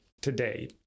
today